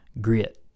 grit